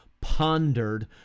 pondered